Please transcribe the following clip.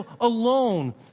alone